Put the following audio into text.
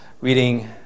reading